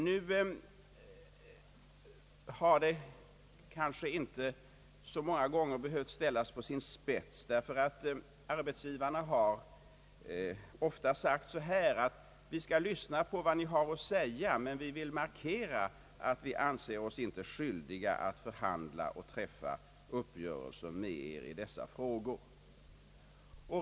Nu har problematiken kanske inte så många gånger behövt ställas på sin spets, eftersom arbetsgivarna ofta har sagt: Vi skall lyssna på vad ni har att säga, men vi vill markera att vi inte anser oss skyldiga att förhandla och träffa uppgörelse i dessa frågor.